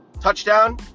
touchdown